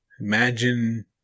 Imagine